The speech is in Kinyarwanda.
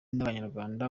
n’abanyarwanda